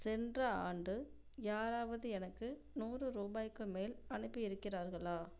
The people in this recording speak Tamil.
சென்ற ஆண்டு யாராவது எனக்கு நூறு ரூபாய்க்கு மேல் அனுப்பி இருக்கிறார்களா